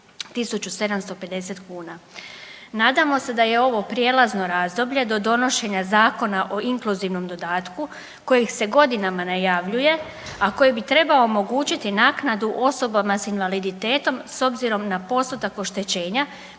1.750 kuna. Nadamo se da je ovo prijelazno razdoblje do donošenja Zakona o inkluzivnom dodatku koji se godinama najavljuje, a koji bi trebao omogućiti naknadu osobama s invaliditetom s obzirom na postotak oštećenja